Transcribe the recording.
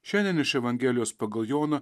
šiandien iš evangelijos pagal joną